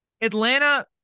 Atlanta